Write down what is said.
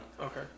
Okay